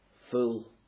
full